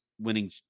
winning